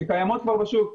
שקיימות כבר בשוק.